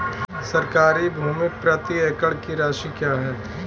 सरकारी भूमि प्रति एकड़ की राशि क्या है?